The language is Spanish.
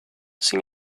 sin